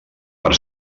per